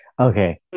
Okay